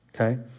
okay